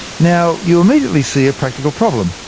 now you immediately see a practical problem.